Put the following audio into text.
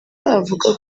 avuga